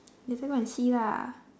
later go and see lah